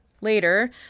later